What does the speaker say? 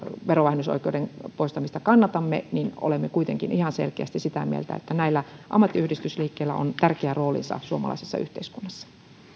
verovähennysoikeuden poistamista kannatamme olemme kuitenkin ihan selkeästi sitä mieltä että näillä ammattiyhdistysliikkeillä on tärkeä roolinsa suomalaisessa yhteiskunnassa